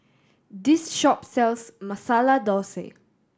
this shop sells Masala Thosai